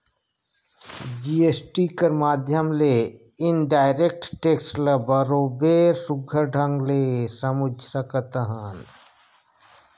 GST कर माध्यम ले इनडायरेक्ट टेक्स ल बरोबेर सुग्घर ढंग ले समुझ सकत अहन